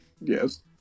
Yes